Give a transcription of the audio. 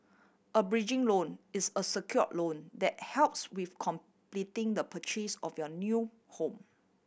a bridging loan is a secured loan that helps with completing the purchase of your new home